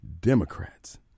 democrats